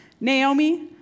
Naomi